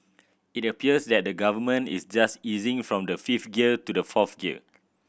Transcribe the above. it appears that the Government is just easing from the fifth gear to the fourth gear